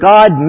God